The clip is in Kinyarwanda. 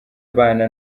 abana